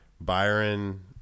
byron